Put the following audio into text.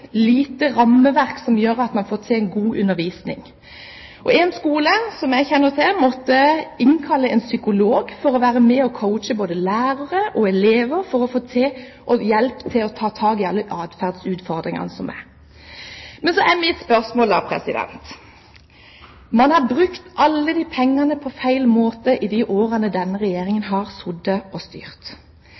lite rammeverk til at man får til en god undervisning. En skole som jeg kjenner til, måtte innkalle en psykolog for å «coache» både lærere og elever slik at de fikk hjelp til å ta tak i alle de adferdsutfordringene de hadde. Man har brukt alle pengene på feil måte i de årene denne regjeringen har sittet og styrt.